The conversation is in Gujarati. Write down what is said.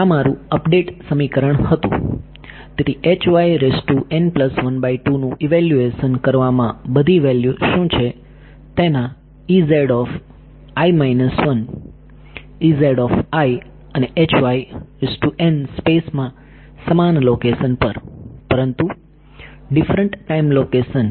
તેથી નું ઇવેલ્યુએશન કરવામાં બધી વેલ્યૂ શું છે તેના અને સ્પેસ માં સમાન લોકેશન પર પરંતુ ડિફરંટ ટાઈમ લોકેશન